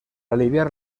aliviar